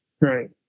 Right